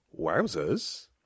Wowzers